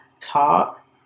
talk